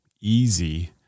easy